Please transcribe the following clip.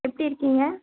எப்படி இருக்கீங்க